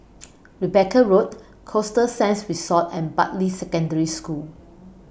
Rebecca Road Costa Sands Resort and Bartley Secondary School